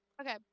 Okay